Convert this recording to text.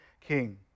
king